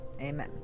Amen